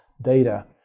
data